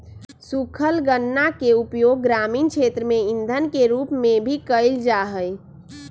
सूखल गन्ना के उपयोग ग्रामीण क्षेत्र में इंधन के रूप में भी कइल जाहई